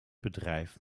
bedrijf